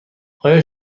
آیا